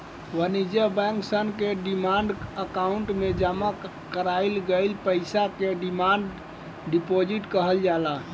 वाणिज्य बैंक सन के डिमांड अकाउंट में जामा कईल गईल पईसा के डिमांड डिपॉजिट कहल जाला